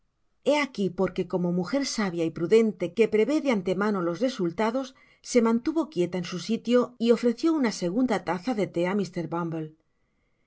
he aqui porque como muger sabia y prudente que prevé de ante mano los resultados se mantuvo quieta en su sitio y ofreció una segunda taza de thé